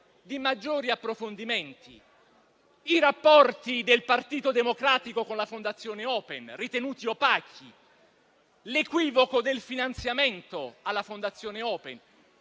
di maggiori approfondimenti: i rapporti del Partito Democratico con la Fondazione Open ritenuti opachi; l'equivoco del finanziamento alla Fondazione Open;